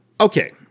Okay